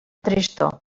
tristor